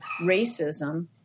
racism